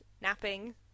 napping